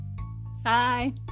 Bye